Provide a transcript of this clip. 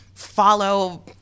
follow